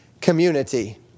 community